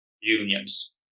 unions